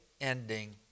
ending